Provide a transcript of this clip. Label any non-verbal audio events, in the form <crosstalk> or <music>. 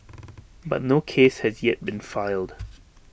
<noise> but no case has yet been filed